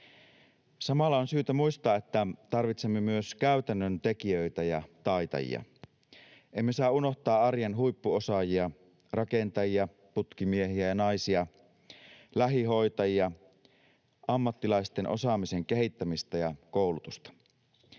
Samalla on syytä muistaa, että tarvitsemme myös käytännön tekijöitä ja taitajia. Emme saa unohtaa arjen huippuosaajia, rakentajia, putkimiehiä ja ‑naisia, lähihoitajia, ammattilaisten osaamisen kehittämistä ja koulutusta.